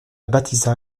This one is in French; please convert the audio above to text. baptisa